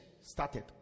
started